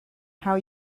how